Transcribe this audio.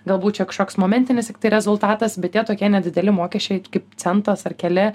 galbūt čia kažkoks momentinis rezultatas bet tie tokie nedideli mokesčiai kaip centas ar keli